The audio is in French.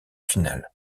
finale